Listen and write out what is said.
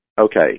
okay